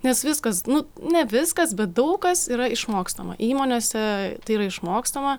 nes viskas nu ne viskas bet daug kas yra išmokstama įmonėse tai yra išmokstama